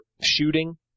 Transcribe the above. shooting